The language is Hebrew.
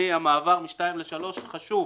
המעבר מ-(2) ל-(3) חשוב.